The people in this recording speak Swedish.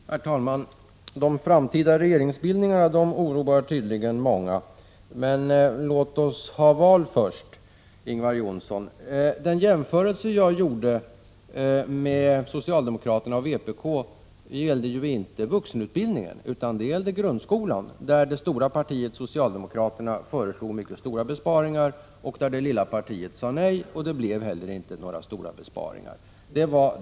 Herr talman! De framtida regeringsbildningarna oroar tydligen många. Men låt oss ha val först, Ingvar Johnsson. Den jämförelse jag gjorde mellan socialdemokraterna och vpk gäller inte vuxenutbildningen, utan den gäller grundskolan. Det stora partiet, socialdemokraterna, föreslog mycket stora besparingar, medan det lilla partiet sade nej. Det blev inte heller några stora besparingar.